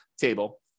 table